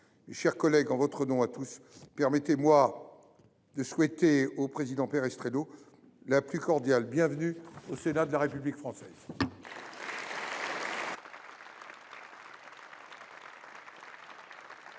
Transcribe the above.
chers collègues, en votre nom à tous, permettez moi de souhaiter à M. Perestrello la plus cordiale bienvenue au Sénat de la République française.